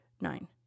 nine